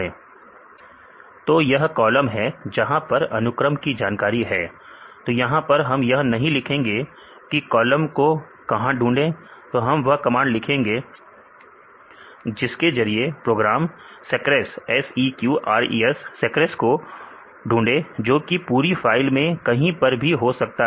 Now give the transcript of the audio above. विद्यार्थी SEQRES तो यह कॉलम है जहां पर अनुक्रम की जानकारी है तो यहां पर हम यह नहीं लिखेंगे कि कॉलम को कहां ढूंढे तो हम वह कमांड लिखेंगे जिसके जरिए प्रोग्राम seqres को ढूंढे जो की पूरी फाइल में कहीं पर भी हो सकता है